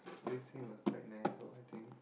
this scene was quite nice so I think